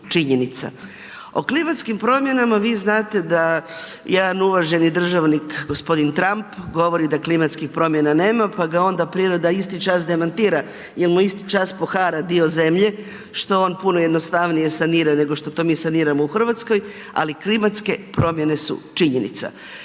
o klimatskim promjenama vi znate da jedan uvaženi državnik g. Trump govori da klimatskih promjena nema, pa ga onda priroda isti čas demantira jel mu isti čas pohara dio zemlje, što on puno jednostavnije sanira, nego što to mi saniramo u RH, ali klimatske promjene su činjenica.